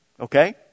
Okay